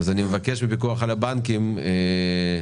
אז אני מבקש מהפיקוח על הבנקים להוציא